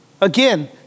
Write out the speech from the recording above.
Again